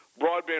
broadband